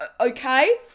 Okay